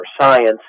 science